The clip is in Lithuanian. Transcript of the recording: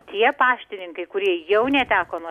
tie paštininkai kurie jau neteko nuo